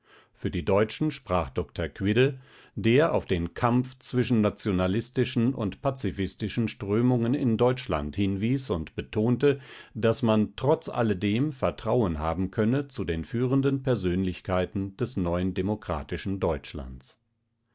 für die deutschen sprach dr quidde der auf den kampf zwischen nationalistischen und pazifistischen strömungen in deutschland hinwies und betonte daß man trotz alledem vertrauen haben könne zu den führenden persönlichkeiten des neuen demokratischen deutschlands